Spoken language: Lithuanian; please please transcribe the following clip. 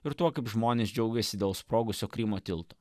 ir tuo kaip žmonės džiaugiasi dėl sprogusio krymo tilto